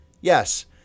Yes